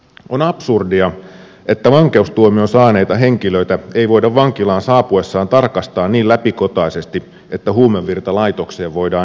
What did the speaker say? on absurdia että vankeustuomion saaneita henkilöitä ei voida heidän saapuessaan vankilaan tarkastaa niin läpikotaisesti että huumevirta laitokseen voidaan estää